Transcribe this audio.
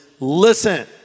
listen